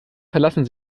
verlassen